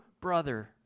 brother